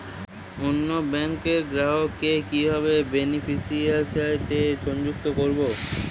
অন্য ব্যাংক র গ্রাহক কে কিভাবে বেনিফিসিয়ারি তে সংযুক্ত করবো?